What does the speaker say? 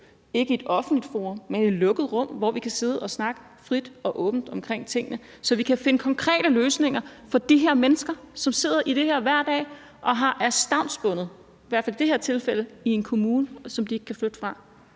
ikke i et offentligt forum, men i et lukket rum, hvor vi kan sidde og snakke frit og åbent om tingene, så vi kan finde konkrete løsninger for de her mennesker, som sidder i det her hver dag og er stavnsbundet – i hvert fald i det her tilfælde – til en kommune, som de ikke kan flytte fra.